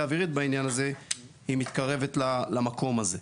אווירית בעניין הזה היא מתקרבת למקום הזה.